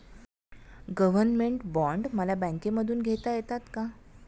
Government bond मला बँकेमधून घेता येतात का?